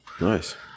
nice